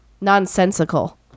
nonsensical